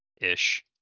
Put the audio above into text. ish